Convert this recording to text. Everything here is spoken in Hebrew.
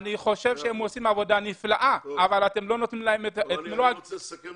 אני חושב שהם עושים עבודה נפלאה אבל אתם לא נותנים להם את מלוא הגיבוי,